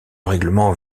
règlement